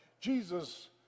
Jesus